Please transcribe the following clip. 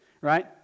right